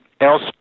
else